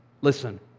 Listen